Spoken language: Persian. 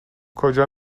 کجا